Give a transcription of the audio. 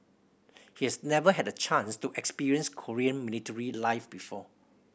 he has never had the chance to experience Korean military life before